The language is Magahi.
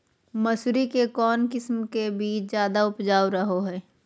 मसूरी के कौन किस्म के बीच ज्यादा उपजाऊ रहो हय?